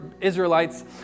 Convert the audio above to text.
Israelites